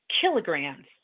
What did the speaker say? kilograms